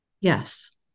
Yes